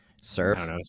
surf